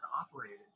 operated